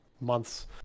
months